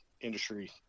industry